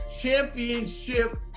championship